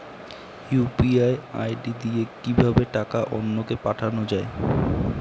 UPI ID দিয়ে কিভাবে টাকা অন্য কে পাঠানো যায়?